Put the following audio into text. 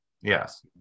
Yes